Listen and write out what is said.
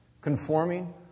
Conforming